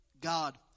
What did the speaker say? God